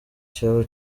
cyaba